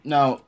Now